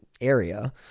area